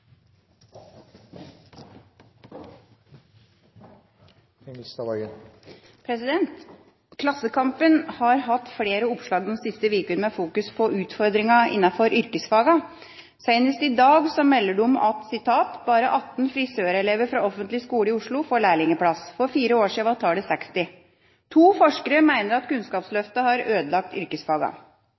Klassekampen har hatt flere oppslag de siste ukene med fokus på utfordringene innenfor yrkesfagene. Senest i dag melder de: «Av nye frisørlærlinger i Oslo i år, kommer bare 18 fra den offentlige skolen. For fire år siden var tallet 60.» To forskere mener at Kunnskapsløftet har ødelagt